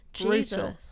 Brutal